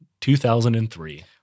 2003